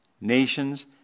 nations